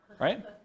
right